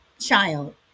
child